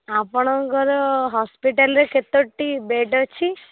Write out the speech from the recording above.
ଆପଣଙ୍କର ହସ୍ପିଟାଲ୍ରେ କେତୋଟି ବେଡ୍ ଅଛି